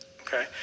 okay